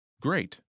Great